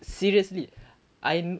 seriously I